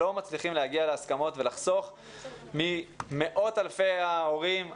לא מצליחים להגיע להסכמות ולחסוך ממאות אלפי ההורים,